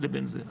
לבין זה.